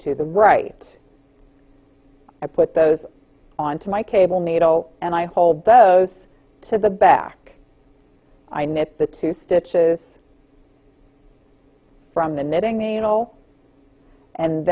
to the right i put those on to my cable nato and i hold those to the back i knit the two stitches from the knitting needle and